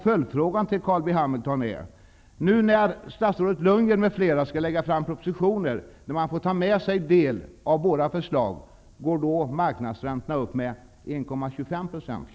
Följdfrågan till Carl B. Hamilton är: När statsrådet Lundgren m.fl. lägger fram propositioner, där de får ta med sig en del av våra förslag, går då kanske marknadsräntorna upp med 1,25 %?